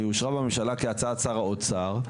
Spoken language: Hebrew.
היא אושרה בממשלה כהצעת שר האוצר.